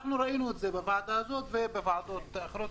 ראינו את זה בוועדה הזאת ובוועדות אחרות.